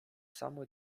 samo